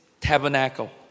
tabernacle